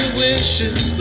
wishes